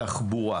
התחבורה.